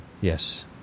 Yes